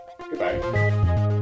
goodbye